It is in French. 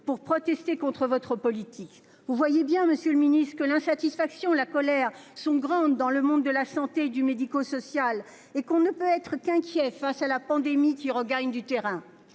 pour protester contre votre politique. Vous voyez bien, monsieur le ministre, que l'insatisfaction et la colère sont grandes dans le monde de la santé et le secteur médico-social. De plus, on ne peut être qu'inquiets face à la pandémie, qui regagne du terrain.